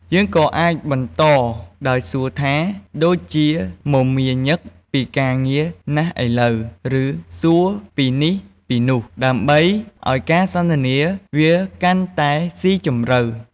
យើងក៏អាចបន្តដោយសួរថា "ដូចជាមមាញឹកពីការងារណាស់ឥឡូវ?" ឬ "សួរពីនេះ ពីនោះ" ដើម្បីអោយការសន្ទនាវាកាន់តែស៊ីជម្រៅ។